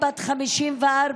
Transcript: בת 54,